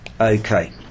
Okay